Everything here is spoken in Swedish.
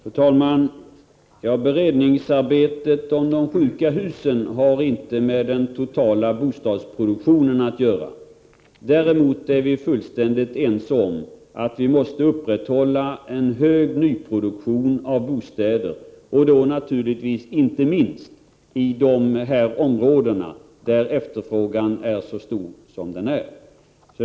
Fru talman! Beredningsarbetet om de sjuka husen har inte med den totala bostadsproduktionen att göra. Däremot är vi fullständigt ense om att vi måste upprätthålla en hög nyproduktion av bostäder och då naturligtvis speciellt i de områden där efterfrågan är störst.